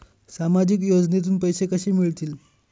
सामाजिक योजनेतून पैसे कसे मिळतील?